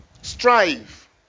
Strive